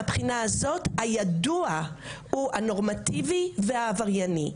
מהבחינה הזאת מה שידוע הוא הנורמטיבי והעברייני.